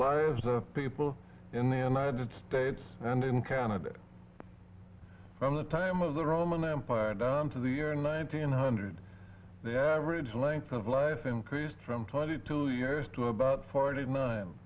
lives of people in the united states and in canada from the time of the roman empire down to the year nineteen hundred the average length of life increased from twenty two years to about forty nine